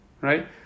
right